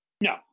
No